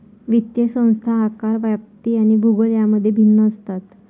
वित्तीय संस्था आकार, व्याप्ती आणि भूगोल यांमध्ये भिन्न असतात